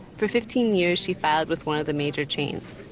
for fifteen years, she filed with one of the major chains,